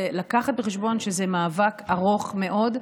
ולהביא בחשבון שזה מאבק ארוך מאוד,